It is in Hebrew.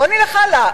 בוא נלך הלאה.